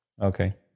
Okay